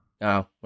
no